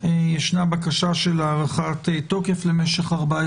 ישנה בקשה של הארכת תוקף למשך 14